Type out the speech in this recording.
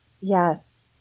Yes